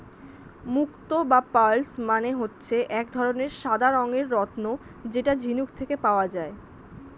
মুক্তো বা পার্লস মানে হচ্ছে এক ধরনের সাদা রঙের রত্ন যেটা ঝিনুক থেকে পাওয়া যায়